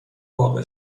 واقع